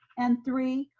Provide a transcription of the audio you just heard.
and three,